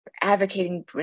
advocating